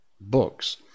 books